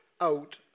out